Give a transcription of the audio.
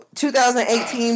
2018